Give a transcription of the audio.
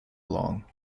long